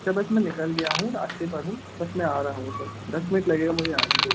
sir बस मैं निकल गया हूँ रास्ते पर हूँ बस मैं आ रहा हूँ सर दस मिंट लगेगा मुझे आने के लिए